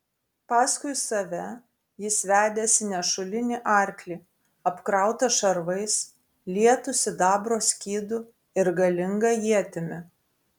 paskui save jis vedėsi nešulinį arklį apkrautą šarvais lietu sidabro skydu ir galinga ietimi